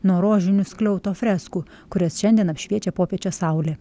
nuo rožinių skliauto freskų kurias šiandien apšviečia popiečio saulė